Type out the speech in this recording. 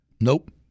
Nope